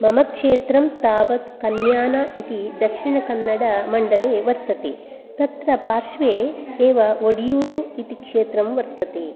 मम क्षेत्रं तावत् कन्यान इति दक्षिणकन्नडमण्डले वर्तते तत्र पार्श्वे एव वोडियूरू इति क्षेत्रं वर्तते